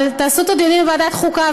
אבל תעשו את הדיונים בוועדת החוקה,